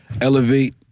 elevate